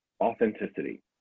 authenticity